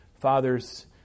father's